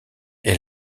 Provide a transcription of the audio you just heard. est